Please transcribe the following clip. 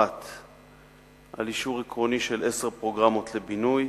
1. על אישור עקרוני של עשר פרוגרמות לבינוי,